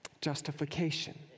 justification